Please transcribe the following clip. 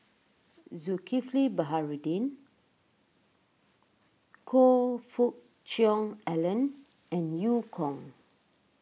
Zulkifli Baharudin Choe Fook Cheong Alan and Eu Kong